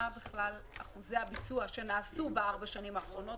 מה אחוזי הביצוע שנעשו בארבע השנים האחרונות?